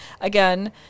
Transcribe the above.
Again